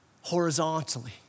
horizontally